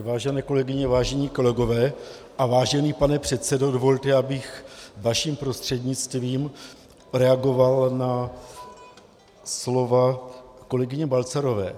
Vážené kolegyně, vážení kolegové a vážený pane předsedo, dovolte, abych vaším prostřednictvím reagoval na slova kolegyně Balcarové.